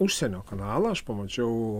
užsienio kanalą aš pamačiau